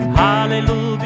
hallelujah